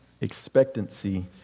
expectancy